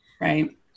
Right